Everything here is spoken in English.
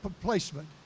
placement